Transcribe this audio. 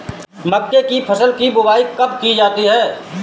मक्के की फसल की बुआई कब की जाती है?